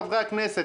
חברי הכנסת,